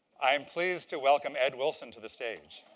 i'm pleased to welcome ed wilson to the stage.